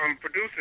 producing